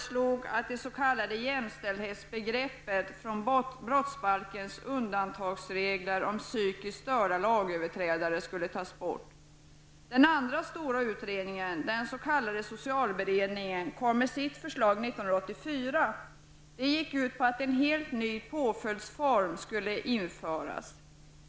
socialberedningen, kom med sitt förslag 1984. Förslaget gick ut på att en helt ny påföljdsform skulle införas.